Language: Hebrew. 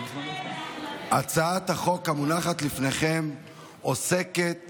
הצעת החוק המונחת לפניכם עוסקת